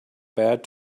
bad